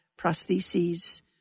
prostheses